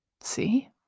See